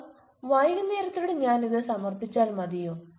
sir വൈകുന്നേരത്തോടെ ഞാൻ ഇത് സമർപ്പിച്ചാൽ മതിയോ